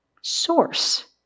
source